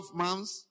months